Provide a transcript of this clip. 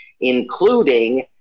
including